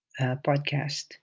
podcast